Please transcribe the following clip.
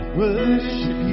worship